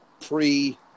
pre